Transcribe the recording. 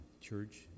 church